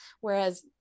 whereas